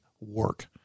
work